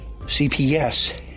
CPS